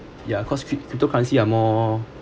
ya because cryp~ cryptocurrency are more